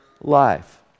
life